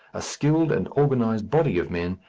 a skilled and organized body of men,